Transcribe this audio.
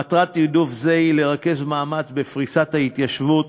מטרת תעדוף זה היא לרכז מאמץ בפריסת ההתיישבות